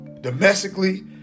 domestically